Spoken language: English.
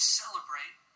celebrate